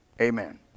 Amen